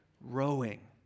rowing